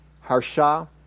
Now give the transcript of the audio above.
Harsha